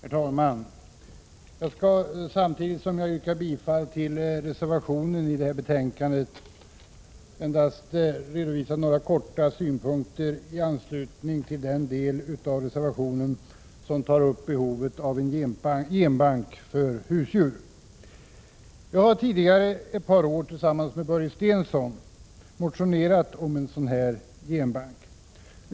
Herr talman! Jag skall, samtidigt som jag yrkar bifall till reservationen i betänkandet, endast redovisa några kortfattade synpunkter i anslutning till den del av reservationen som tar upp behovet av en genbank för husdjur. Jag har tidigare ett par år tillsammans med Börje Stensson motionerat om en sådan här genbank.